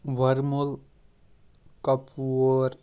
Varmul Kapoor